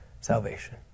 salvation